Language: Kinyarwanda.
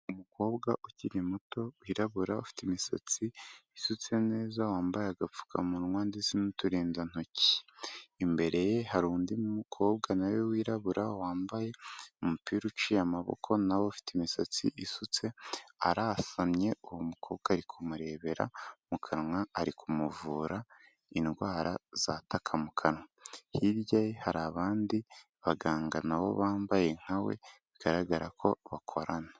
Umukobwa ukiri muto, wirabura, ufite imisatsi isutse neza, wambaye agapfukamunwa ndetse n'uturindantoki, imbere ye hari undi mukobwa na we wirabura wambaye umupira uciye amaboko, nawe ufite imisatsi isutse, arasamye, uwo mukobwa ari kumurebera mu kanwa, ari kumuvura indwara zataka mu kanwa, hirya ye hari abandi baganga na bo bambaye nka we bigaragara ko bakorana.